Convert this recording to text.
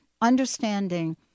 understanding